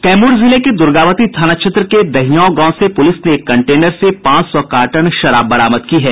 कैमूर जिले के दूर्गावती थाना क्षेत्र के दहियांव गांव से पूलिस ने एक कंटेनर से पांच सौ कार्टन शराब बरामद की है